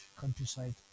countryside